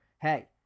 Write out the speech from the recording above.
hey